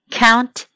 count